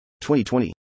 2020